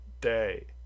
day